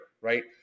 right